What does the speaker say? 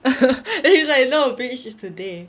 then he's like no bitch it's today